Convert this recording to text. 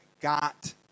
got